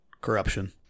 Corruption